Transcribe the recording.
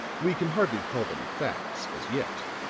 we can hardly call them facts as yet,